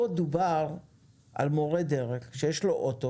פה דובר על מורה דרך שיש לו אוטו